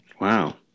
Wow